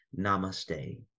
namaste